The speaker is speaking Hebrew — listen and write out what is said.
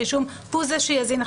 נקודה.